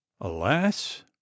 Alas